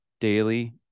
daily